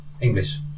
English